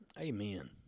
Amen